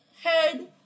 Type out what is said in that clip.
head